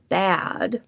bad